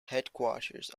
headquarters